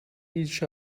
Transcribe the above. each